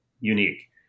unique